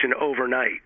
overnight